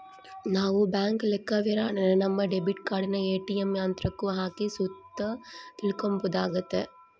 ನಾವು ಬ್ಯಾಂಕ್ ಲೆಕ್ಕವಿವರಣೆನ ನಮ್ಮ ಡೆಬಿಟ್ ಕಾರ್ಡನ ಏ.ಟಿ.ಎಮ್ ಯಂತ್ರುಕ್ಕ ಹಾಕಿ ಸುತ ತಿಳ್ಕಂಬೋದಾಗೆತೆ